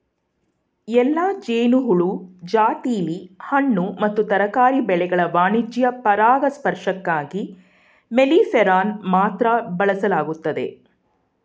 ಎಲ್ಲಾ ಜೇನುಹುಳು ಜಾತಿಲಿ ಹಣ್ಣು ಮತ್ತು ತರಕಾರಿ ಬೆಳೆಗಳ ವಾಣಿಜ್ಯ ಪರಾಗಸ್ಪರ್ಶಕ್ಕಾಗಿ ಮೆಲ್ಲಿಫೆರಾನ ಮಾತ್ರ ಬಳಸಲಾಗ್ತದೆ